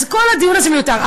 אז כל הדיון הזה מיותר.